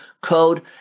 code